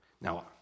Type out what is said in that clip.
Now